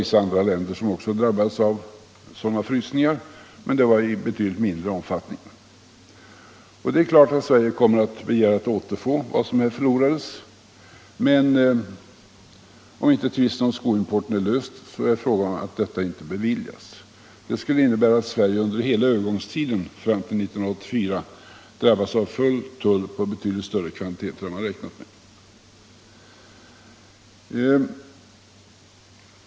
Vissa andra länder drabbades också av sådana frysningar, men i betydligt mindre omfattning. Det är klart att Sverige kommer att begära att återfå vad som här förlorats, men om inte tvisten angående skoimporten är löst så är frågan om detta kommer att beviljas. Det skulle innebära att Sverige under hela övergångstiden fram till 1984 drabbas av full tull på betydligt större kvantiteter än man räknat med.